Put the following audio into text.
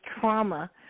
trauma